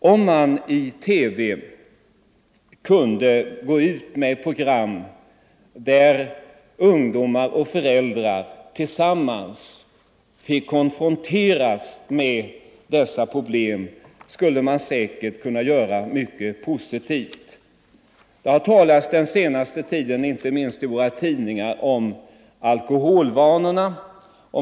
Om man i TV kunde gå ut med program, där ungdomar och föräldrar tillsammans fick konfronteras med dessa problem skulle det säkert vara mycket positivt. Det har under den senaste tiden inte minst i våra tidningar talats om alkoholvanorna.